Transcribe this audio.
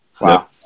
Wow